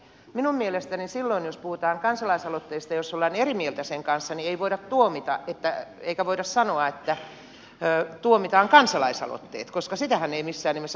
minun mielestäni silloin jos puhutaan kansalaisaloitteesta jos ollaan eri mieltä sen kanssa ei voida tuomita eikä voida sanoa että tuomitaan kansalaisaloitteet koska niitähän ei missään nimessä tuomita